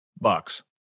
bucks